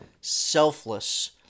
Selfless